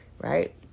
right